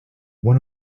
one